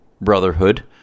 brotherhood